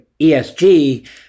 ESG